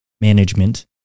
management